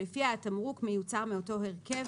שלפיה התמרוק מיוצר באותו הרכב,